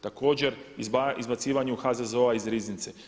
Također izbacivanju HZZO-a iz riznice.